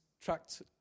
tracked